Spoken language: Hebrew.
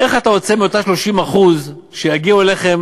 איך אתה רוצה שמאותם 30% יגיעו אליכם